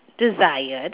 desired